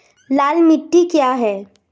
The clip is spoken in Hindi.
लाल मिट्टी क्या है?